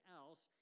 else